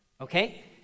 Okay